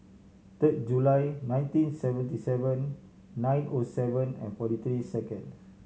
third July nineteen seventy seven nine O seven and forty three second